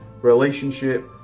relationship